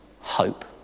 hope